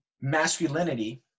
masculinity